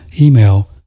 Email